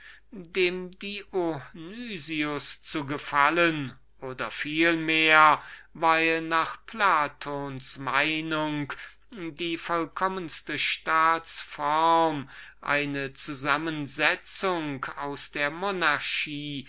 dem dionys zu gefallen oder vielmehr weil nach platons meinung die vollkommenste staats form eine zusammensetzung aus der monarchie